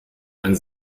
ein